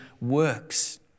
works